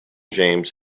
james